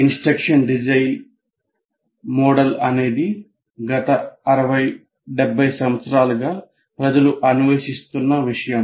instruction design model అనేది గత 60 70 సంవత్సరాలుగా ప్రజలు అన్వేషిస్తున్న విషయం